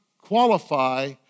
qualify